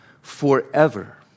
forever